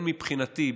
מבחינתי,